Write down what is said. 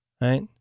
right